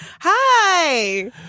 Hi